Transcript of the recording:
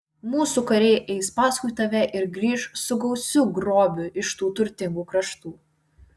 mūsų kariai eis paskui tave ir grįš su gausiu grobiu iš tų turtingų kraštų